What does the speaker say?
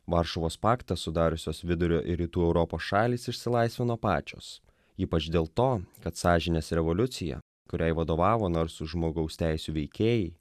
varšuvos paktą sudariusios vidurio ir rytų europos šalys išsilaisvino pačios ypač dėl to kad sąžinės revoliucija kuriai vadovavo narsūs žmogaus teisių veikėjai